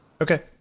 Okay